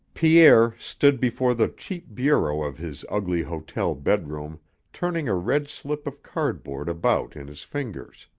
pierre stood before the cheap bureau of his ugly hotel bedroom turning a red slip of cardboard about in his fingers.